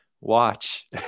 watch